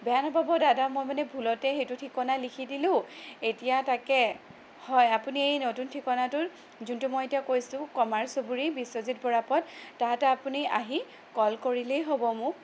বেয়া নাপাব দাদা মই মানে ভুলতে সেইটো ঠিকনা লিখি দিলোঁ এতিয়া তাকে হয় আপুনি নতুন ঠিকনাটোত যোনটো মই এতিয়া কৈছোঁ কমাৰ চুবুৰী বিশ্বজিত বৰা পথ তাত আপুনি আহি কল কৰিলেই হ'ব মোক